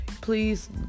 please